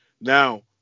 Now